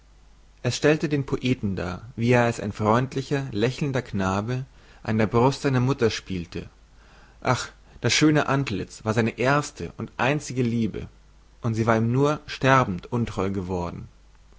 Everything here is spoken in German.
es stellte den poeten dar wie er als ein freundlicher lächelnder knabe an der brust seiner mutter spielte ach das schöne antliz war seine erste und einzige liebe und sie war ihm nur sterbend untreu geworden